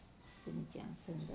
跟你讲真的